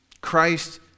Christ